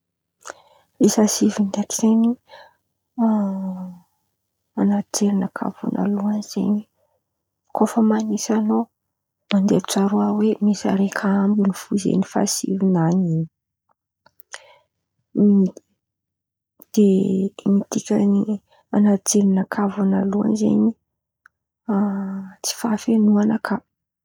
Isa sivy ndraiky zen̈y an̈aty jerinakà vônaloan̈y zen̈y kô fa manisa an̈ao mandeha tsy aroeraoe misy raiky ambin̈y fo zen̈y faha sivy nany in̈y. De midika zen̈y an̈aty jerinakà vônaloan̈y zen̈y tsy fahafenoan̈a ka.